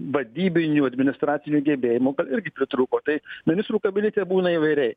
vadybinių administracinių gebėjimų irgi pritrūko tai ministrų kabinete būna įvairiai